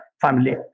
family